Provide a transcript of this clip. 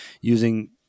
using